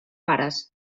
pares